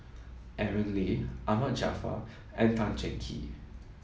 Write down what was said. Aaron Lee Ahmad Jaafar and Tan Cheng Kee